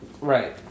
Right